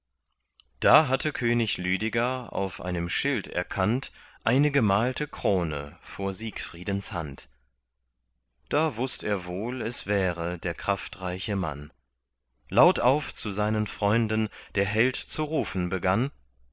da hatte könig lüdeger auf einem schild erkannt eine gemalte krone vor siegfriedens hand da wußt er wohl es wäre der kraftreiche mann laut auf zu seinen freunden der held zu rufen begann